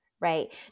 right